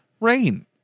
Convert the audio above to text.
rain